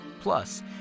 Plus